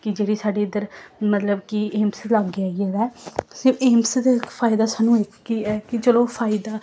कि जेह्ड़ी साढी इद्धर मतलब कि एम्स लाग्गै आई गेदा ऐ सिर्फ एम्स दा इक फायदा सानूं एह् केह् ऐ कि चलो फायदा